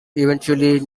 eventually